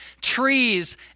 trees